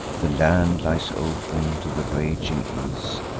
the land lies open to the raging east,